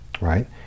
right